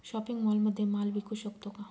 Shopping मॉलमध्ये माल विकू शकतो का?